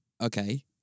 Okay